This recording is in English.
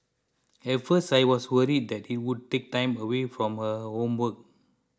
at first I was worried that it would take time away from her homework